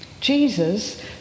Jesus